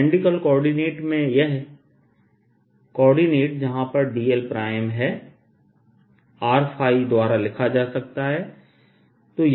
cylindrical coordinate में वह coordinate जहां पर dl है R द्वारा लिखा जा सकता है